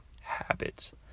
habits